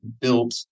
built